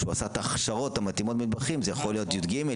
שהוא עשה את ההכשרות המתאימות במטבחים זה יכול להיות י"ג,